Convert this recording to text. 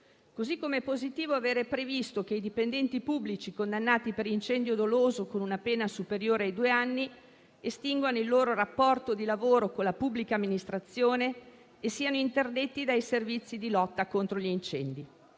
così com'è positivo aver previsto che i dipendenti pubblici condannati per incendio doloso con una pena superiore ai due anni estinguano il loro rapporto di lavoro con la pubblica amministrazione e siano interdetti dai servizi di lotta agli incendi.